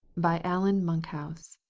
by allan monkhouse